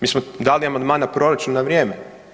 Mi smo dali amandman na proračun na vrijeme.